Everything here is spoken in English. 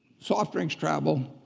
soft drinks travel,